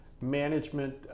management